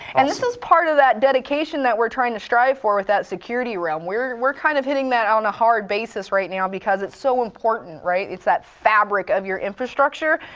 and this is part of that dedication that we're trying to strive for with that security realm, we're we're kind of hitting that on a hard basis right now because it's so important, right? it's that fabric of your infrastructure.